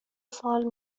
سوال